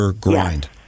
grind